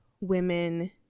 women